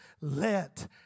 let